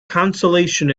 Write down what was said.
consolation